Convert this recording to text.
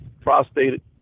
prostate